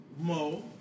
Mo